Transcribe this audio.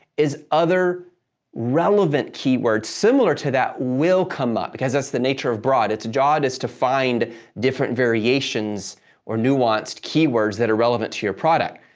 is other relevant keywords similar to that will come up because that's the nature of broad. its job is to find different variations or nuanced keywords that are relevant to your product.